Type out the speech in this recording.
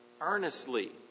Earnestly